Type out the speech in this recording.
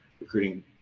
recruiting